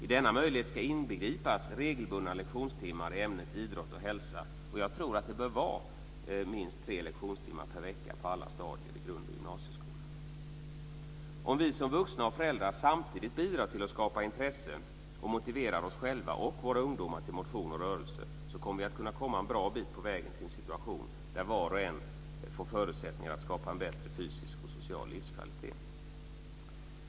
I denna möjlighet ska inbegripas regelbundna lektionstimmar i ämnet idrott och hälsa. Och jag tror att det bör vara minst tre lektionstimmar per vecka på alla stadier i grund och gymnasieskolan. Om vi som vuxna och föräldrar samtidigt bidrar till att skapa intresse och motiverar oss själva och våra ungdomar till motion och rörelse, så kommer vi att kunna komma en bra bit på vägen till en situation där var och en får förutsättningar att skapa en bättre fysisk och social livskvalitet.